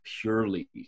purely